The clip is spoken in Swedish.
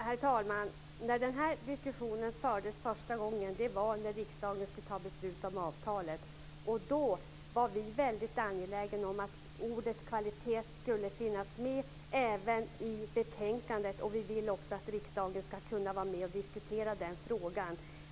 Herr talman! Den här diskussionen fördes första gången när riksdagen skulle besluta om avtalet. Då var vi väldigt angelägna om att ordet kvalitet skulle finnas med även i betänkandet. Vi vill också att riksdagen ska kunna vara med och diskutera den frågan.